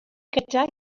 gyda